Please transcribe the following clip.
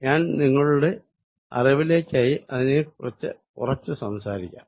ഞാൻ നിങ്ങളുടെ അറിവിലേക്കായി അതിനെക്കുറിച്ചു കുറച്ചു സംസാരിക്കാം